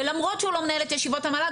ולמרות שהוא לא מנהל את ישיבות המל"ג,